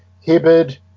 Hibbard